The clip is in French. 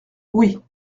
oui